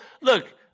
look